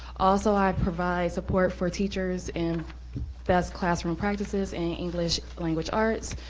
also i provide support for teachers in best classroom practices in english language arts.